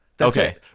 okay